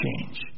change